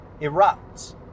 erupts